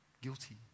Guilty